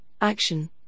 action